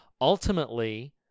ultimately